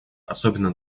особенно